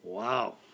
Wow